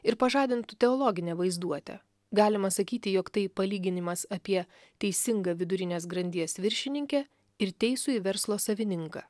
ir pažadintų teologinę vaizduotę galima sakyti jog tai palyginimas apie teisingą vidurinės grandies viršininkę ir teisųjį verslo savininką